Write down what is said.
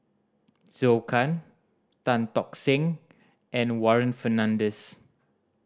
Zhou Can Tan Tock Seng and Warren Fernandez